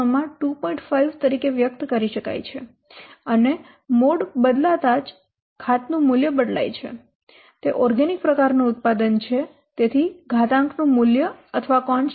5 તરીકે વ્યક્ત કરી શકાય છે અને મોડ બદલાતા જ ઘાતનું મૂલ્ય બદલાય છે તે ઓર્ગેનિક પ્રકારનું ઉત્પાદન છે તેથી ઘાતાંકનું મૂલ્ય અથવા કોન્સ્ટન્ટ 0